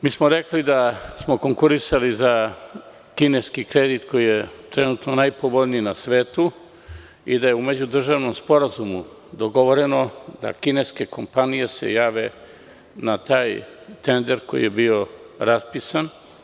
Mi smo rekli da smo konkurisali za kineski kredit koji je trenutno najpovoljniji na svetu i da je u međudržavnom sporazumu dogovoreno da se kineske kompanije jave na taj tender koji je bio raspisan.